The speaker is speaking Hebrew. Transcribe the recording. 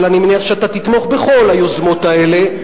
אבל אני מניח שאתה תתמוך בכל היוזמות האלה.